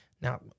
Now